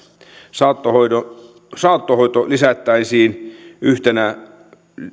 saattohoito lisättäisiin yhtenä